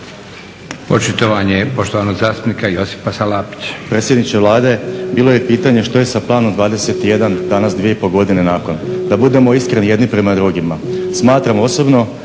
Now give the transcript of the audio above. Očitovanje poštovanog zastupnika Joze Radoša.